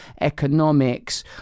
economics